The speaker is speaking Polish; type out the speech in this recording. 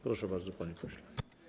Proszę bardzo, panie pośle.